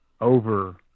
over